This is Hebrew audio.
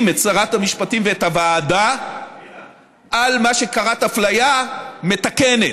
את שרת המשפטים ואת הוועדה על מה שקראת אפליה מתקנת.